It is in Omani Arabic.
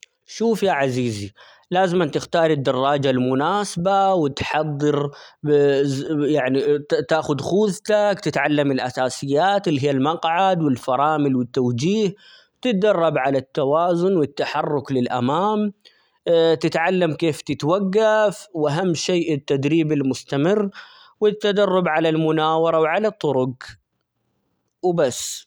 شوف يا عزيزي لازمًا تختار الدراجة المناسبة وتحضر يعني -تا- تاخد خوذتك تتعلم الأساسيات اللي هي المقعد ،والفرامل ،والتوجيه تتدرب على التوازن ،والتحرك للأمام تتعلم كيف تتوقف وأهم شيء التدريب المستمر ،والتدرب على المناورة ،وعلى الطرق وبس.